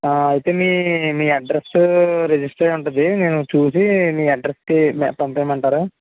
అయితే మీ మీ అడ్రస్సు రిజిస్టర్ అయి ఉంటుంది నేను చూసి మీ అడ్రస్కి మీ పంపెయ్యమంటారా